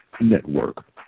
network